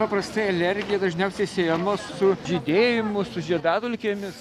paprastai alergija dažniausiai siejama su žydėjimu su žiedadulkėmis